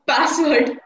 Password